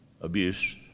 abuse